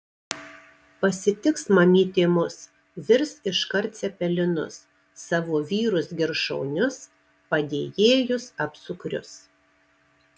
pasitiks mamytė mus virs iškart cepelinus savo vyrus girs šaunius padėjėjus apsukrius